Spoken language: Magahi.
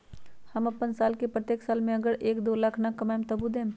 हम अपन साल के प्रत्येक साल मे अगर एक, दो लाख न कमाये तवु देम?